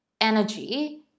energy